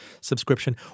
subscription